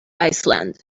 iceland